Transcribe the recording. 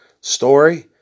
story